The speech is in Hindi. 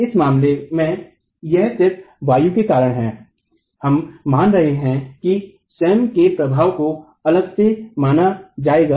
इस मामले में यह सिर्फ वायु के कारण है हम मान रहे हैं कि स्वयं के प्रभाव को अलग से माना जाएगा